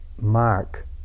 Mark